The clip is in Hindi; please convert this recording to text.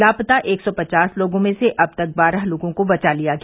लापता एक सौ पचास लोगों में से अब तक बारह लोगों को बचा लिया गया